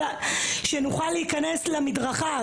שנוכל להיכנס למדרכה.